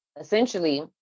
essentially